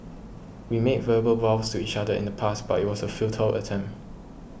we made verbal vows to each other in the past but it was a futile attempt